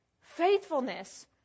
faithfulness